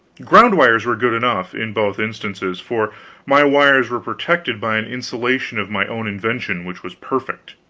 ground wires were good enough, in both instances, for my wires were protected by an insulation of my own invention which was perfect.